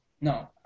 No